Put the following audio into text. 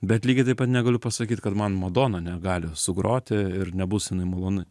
bet lygiai taip pat negaliu pasakyt kad man madona negali sugroti ir nebus jinai maloni